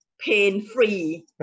pain-free